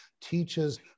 teaches